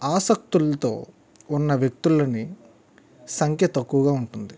ఆసక్తులతో ఉన్న వ్యక్తులని సంఖ్య తక్కువగా ఉంటుంది